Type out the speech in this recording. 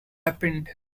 happened